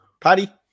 Paddy